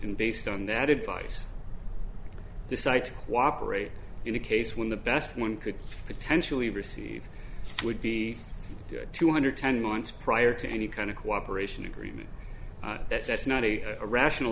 and based on that advice decide to cooperate in a case when the best one could potentially receive would be two hundred ten months prior to any kind of cooperation agreement that that's not a rational